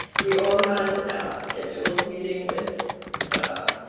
we all had a scheduled meeting with the